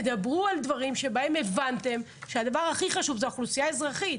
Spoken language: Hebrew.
תדברו על דברים שבהם הבנתם שהדבר הכי חשוב זה האוכלוסייה האזרחית.